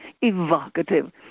evocative